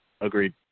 Agreed